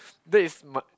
that is my